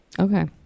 Okay